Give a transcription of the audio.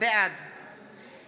בעד אנדרי קוז'ינוב,